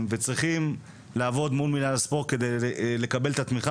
וצריכים לעבוד מול מינהל הספורט כדי לקבל את התמיכה,